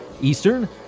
Eastern